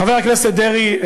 חבר הכנסת דרעי,